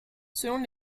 selon